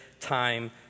time